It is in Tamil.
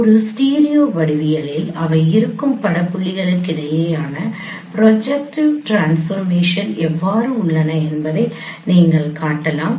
ஒரு ஸ்டீரியோ வடிவியலில் அவை இருக்கும் பட புள்ளிகளுக்கிடையேயான ப்ரொஜெக்ட்டிவ் ட்ரான்ஸ்பர்மேஷன் எவ்வாறு உள்ளன என்பதை நீங்கள் காட்டலாம்